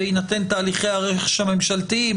בהינתן הליכי הרכש הממשלתיים,